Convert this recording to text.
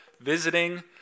visiting